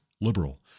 liberal